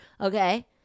Okay